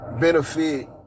benefit